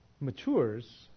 matures